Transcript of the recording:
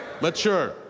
Mature